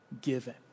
given